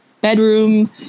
bedroom